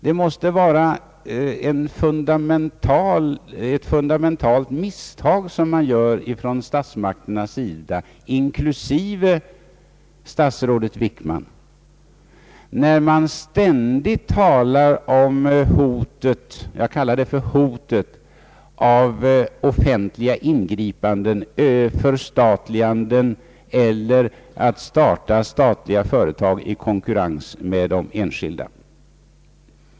Det måste vara ett fundamentalt misstag från statsmakternas sida, inklusive från statsrådet Wickmans, när man ständigt hotar med — jag kallar det för hot — offentliga ingripanden, förstatliganden eller startande av statliga företag i konkurrens med de enskilda.